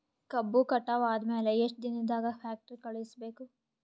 ಕಬ್ಬು ಕಟಾವ ಆದ ಮ್ಯಾಲೆ ಎಷ್ಟು ದಿನದಾಗ ಫ್ಯಾಕ್ಟರಿ ಕಳುಹಿಸಬೇಕು?